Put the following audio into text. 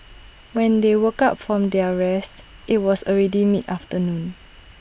when they woke up from their rest IT was already mid afternoon